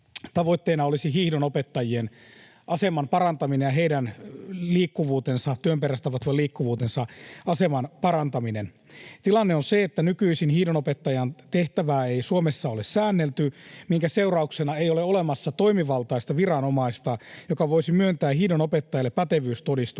Tavoitteena olisi hiihdonopettajien aseman parantaminen ja heidän työn perässä tapahtuvan liikkuvuutensa aseman parantaminen. Tilanne on se, että nykyisin hiihdonopettajan tehtävää ei Suomessa ole säännelty, minkä seurauksena ei ole olemassa toimivaltaista viranomaista, joka voisi myöntää hiihdonopettajalle pätevyystodistuksen.